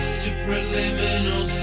superliminal